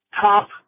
top